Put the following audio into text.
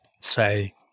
say